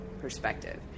perspective